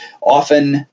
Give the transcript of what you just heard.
often